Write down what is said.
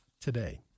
today